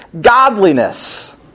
godliness